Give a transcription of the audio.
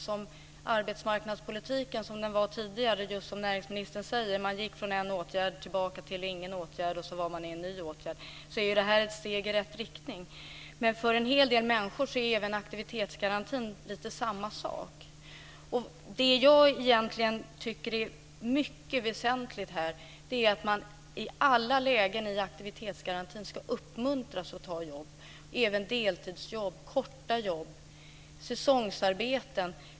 Som arbetsmarknadspolitiken var tidigare gick man, precis som näringsministern säger, från en åtgärd tillbaka till ingen åtgärd och sedan in i en ny åtgärd. Det här är ett steg i rätt riktning. Men för en hel del människor är även aktivitetsgarantin lite av samma sak. Det jag tycker är mycket väsentligt här är att man i alla lägen i aktivitetsgarantin ska uppmuntras att ta jobb - även deltidsjobb, korta jobb och säsongsarbeten.